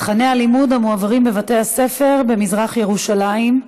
תוכני הלימודים בבתי-הספר במזרח-ירושלים,